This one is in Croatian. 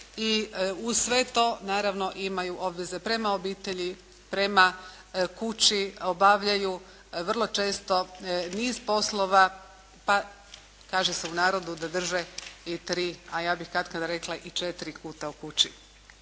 I uz sve to naravno imaju obveze prema obitelji, prema kući, obavljaju vrlo često niz poslova. Pa kaže se u narodu da drže i tri, a ja bih katkada rekla i 4 kuta u kući.